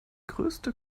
größte